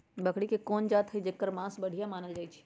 बकरी के कोन जात हई जेकर मास बढ़िया मानल जाई छई?